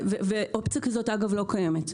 אופציה כזאת לא קיימת,